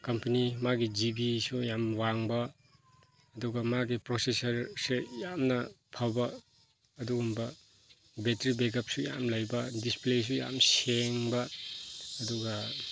company ꯃꯥꯒꯤ ꯖꯤ ꯕꯤꯁꯨ ꯌꯥꯝ ꯋꯥꯡꯕ ꯑꯗꯨꯒ ꯃꯥꯒꯤ ꯄ꯭ꯔꯣꯁꯦꯁꯔꯁꯦ ꯌꯥꯝꯅ ꯐꯕ ꯑꯗꯨꯒꯨꯝꯕ ꯕꯦꯇ꯭ꯔꯤ ꯕꯦꯛ ꯑꯞꯁꯨ ꯌꯥꯝ ꯂꯩꯕ ꯗꯤꯁꯄ꯭ꯂꯦꯁꯨ ꯌꯥꯝ ꯁꯦꯡꯕ ꯑꯗꯨꯒ